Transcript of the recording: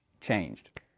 changed